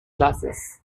classes